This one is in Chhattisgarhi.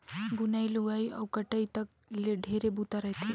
बुनई, लुवई अउ कटई तक ले ढेरे बूता रहथे